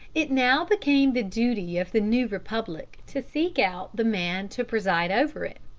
it now became the duty of the new republic to seek out the man to preside over it,